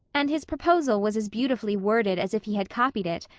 and his proposal was as beautifully worded as if he had copied it,